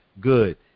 good